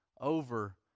over